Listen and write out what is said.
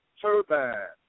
turbines